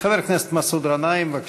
חבר הכנסת מסעוד גנאים, בבקשה.